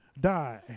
die